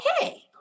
hey